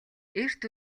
эрт